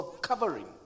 covering